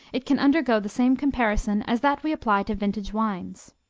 it can undergo the same comparison as that we apply to vintage wines.